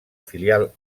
filial